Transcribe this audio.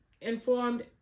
informed